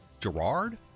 Gerard